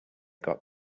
got